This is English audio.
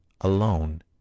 alone